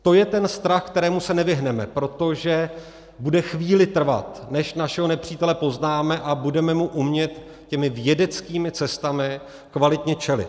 To je ten strach, kterému se nevyhneme, protože bude chvíli trvat, než našeho nepřítele poznáme a budeme mu umět těmi vědeckými cestami kvalitně čelit.